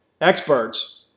experts